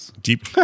Deep